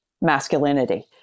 masculinity